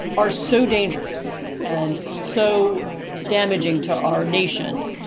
are so dangerous and so damaging to our nation,